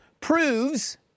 proves